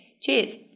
Cheers